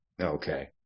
Okay